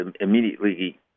immediately